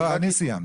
לא, אני סיימתי,